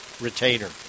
retainer